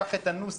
קח את הנוסח,